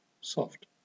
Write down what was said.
soft